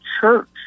church